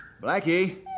Blackie